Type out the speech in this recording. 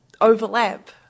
overlap